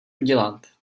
udělat